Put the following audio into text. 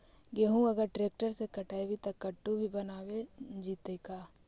गेहूं अगर ट्रैक्टर से कटबइबै तब कटु भी बनाबे जितै का?